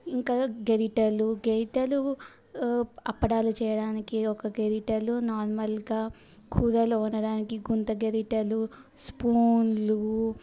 ఇంకా గరిటెలు గరిటెలు అప్పడాలు చేయడానికి ఒక గరిటెలు నార్మల్గా కూరలు వండడానికి గుంత గరిటెలు స్పూన్లు